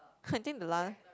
I think the las~